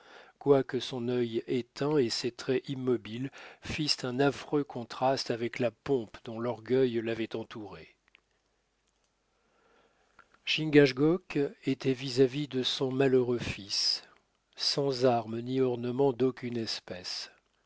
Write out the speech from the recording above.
quoique son œil éteint et ses traits immobiles fissent un affreux contraste avec la pompe dont l'orgueil l'avait entouré chingachgook était vis-à-vis de son malheureux fils sans armes ni ornements d'aucune espèce